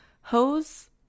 Hose